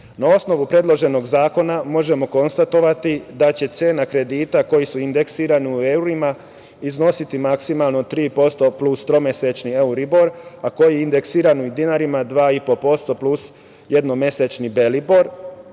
osnovu predloženog zakona, možemo konstatovati da će cena kredita koji su indeksirani u evrima, iznositi maksimalno 3% plus tromesečni euribor, a koji je indeksiran u dinarima 2,5% plus jednomesečni belibor.